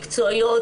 מקצועיות,